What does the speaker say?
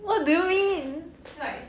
what do you mean